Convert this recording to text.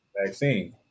vaccine